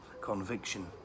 conviction